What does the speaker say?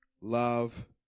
Love